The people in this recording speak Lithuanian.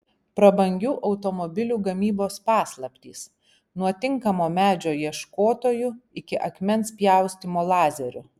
prabangių automobilių gamybos paslaptys nuo tinkamo medžio ieškotojų iki akmens pjaustymo lazeriu